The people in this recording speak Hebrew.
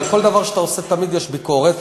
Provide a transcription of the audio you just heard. על כל דבר שאתה עושה, תמיד יש ביקורת.